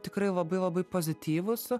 tikrai labai labai pozityvūs